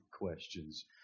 questions